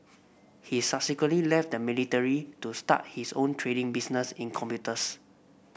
he subsequently left the military to start his own trading business in computers